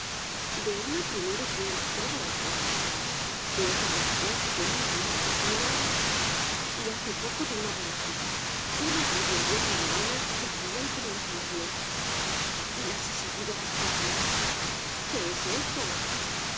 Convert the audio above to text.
de una primero que era todo ojos de otra después con una gloria de pelo y hace poco de una pareja una rubia y otra morena que reían como los ángeles y las he seguido a las cuatro qué es esto